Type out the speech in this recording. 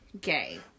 gay